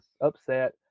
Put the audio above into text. upset